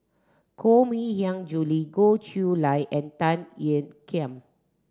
Koh Mui Hiang Julie Goh Chiew Lye and Tan Ean Kiam